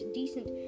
decent